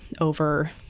over